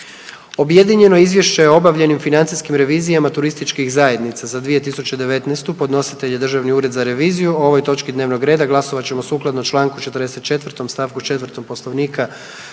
Objedinjeno Izvješće o obavljenim financijskim revizijama turističkih zajednica za 2019., podnositelj je Državni ured za reviziju. O ovoj točki dnevnog reda glasovat ćemo sukladno Članku 44. stavku 4. Poslovnika